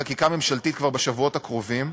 חקיקה ממשלתית כבר בשבועות הקרובים.